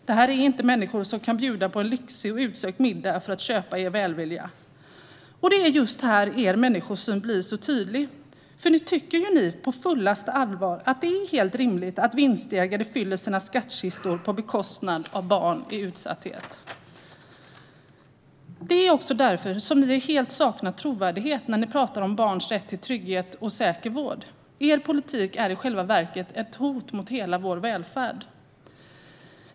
Det här är inte människor som kan bjuda på en lyxig och utsökt middag för att köpa er välvilja. Och det är just här er människosyn blir så tydlig. Ni tycker ju på fullaste allvar att det är helt rimligt att vinstjägare fyller sina skattkistor på bekostnad av barn i utsatthet. Det är också därför som ni helt saknar trovärdighet när ni talar om barns rätt till trygg och säker vård. Er politik är i själva verket ett hot mot hela vår välfärd.